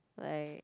like